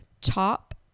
top